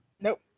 Nope